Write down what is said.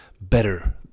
better